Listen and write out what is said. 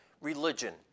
religion